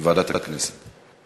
ועדת הכנסת.